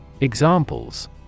Examples